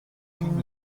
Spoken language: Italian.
film